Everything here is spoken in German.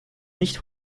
nicht